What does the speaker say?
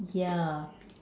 yeah